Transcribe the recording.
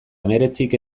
hemeretzik